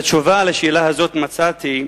את התשובה על השאלה הזאת מצאתי